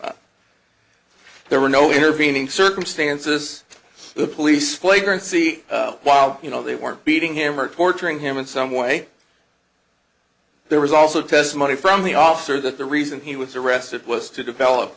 up there were no intervening circumstances the police flagrant see while you know they weren't beating him or torturing him in some way there was also testimony from the officer that the reason he was arrested was to develop